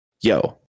Yo